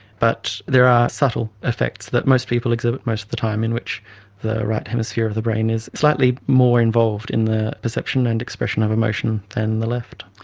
but there are subtle effects that most people exhibit most of the time in which the right hemisphere of the brain is slightly more involved in the perception and expression of emotion than the left.